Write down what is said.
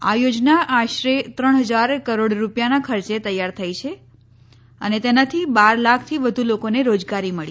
આ યોજના આશરે ત્રણ હજાર કરોડ રૂપિયાના ખર્ચે તૈયાર થઇ છે અને તેનાથી બાર લાખથી વધુ લોકોને રોજગારી મળી